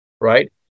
right